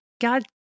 God